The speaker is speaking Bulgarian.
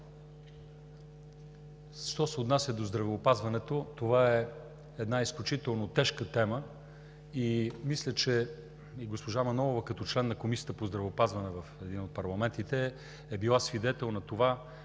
Що се отнася до здравеопазването, това е една изключително тежка тема и мисля, че и госпожа Манолова като член на Комисията по здравеопазване в един от парламентите, е била свидетел на това